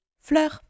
fleur